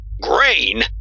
Grain